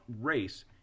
race